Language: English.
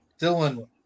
Dylan